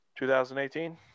2018